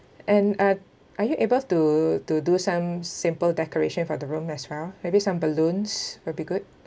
and uh are you able to to do some simple decoration for the room as well maybe some balloons will be good